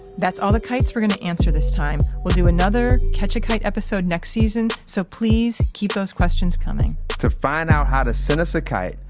that's all the kites were gonna answer this time. we'll do another catch a kite episode next season, so please keep those questions coming to find out how to send us a kite,